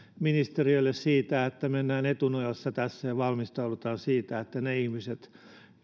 ministeriölle siitä että mennään etunojassa tässä ja valmistaudutaan siihen että ne ihmiset